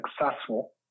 successful